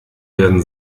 werden